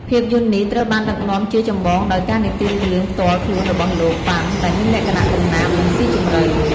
ភាពយន្តនេះត្រូវបានដឹកនាំជាចម្បងដោយ ការនិទានរឿង ផ្ទាល់ខ្លួនរបស់លោក ប៉ាន់ ដែលមានលក្ខណៈកំណាព្យ និងស៊ីជម្រៅ។